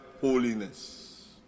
holiness